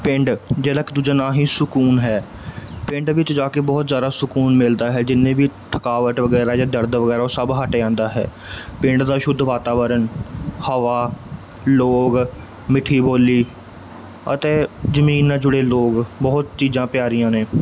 ਪਿੰਡ ਜਿਹਦਾ ਕਿ ਦੂਜਾ ਨਾਂ ਹੀ ਸਕੂਨ ਹੈ ਪਿੰਡ ਵਿੱਚ ਜਾ ਕੇ ਬਹੁਤ ਜ਼ਿਆਦਾ ਸਕੂਨ ਮਿਲਦਾ ਹੈ ਜਿੰਨੇ ਵੀ ਥਕਾਵਟ ਵਗੈਰਾ ਜਾਂ ਦਰਦ ਵਗੈਰਾ ਉਹ ਸਭ ਹਟ ਜਾਂਦਾ ਹੈ ਪਿੰਡ ਦਾ ਸ਼ੁੱਧ ਵਾਤਾਵਰਨ ਹਵਾ ਲੋਕ ਮਿੱਠੀ ਬੋਲੀ ਅਤੇ ਜ਼ਮੀਨ ਨਾਲ ਜੁੜੇ ਲੋਕ ਬਹੁਤ ਚੀਜ਼ਾਂ ਪਿਆਰੀਆਂ ਨੇ